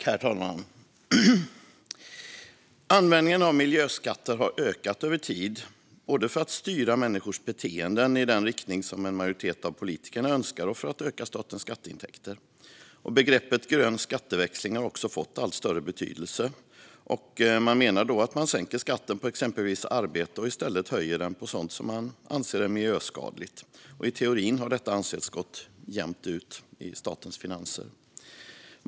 Herr ålderspresident! Användningen av miljöskatter har ökat över tid, både för att styra människors beteenden i den riktning som en majoritet av politikerna önskar och för att öka statens skatteintäkter. Begreppet grön skatteväxling har också fått allt större betydelse. Man menar då att man sänker skatten på exempelvis arbete och i stället höjer den på sådant som man anser är miljöskadligt. I teorin har detta ansetts gå jämnt ut i statens finanser.